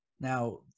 Now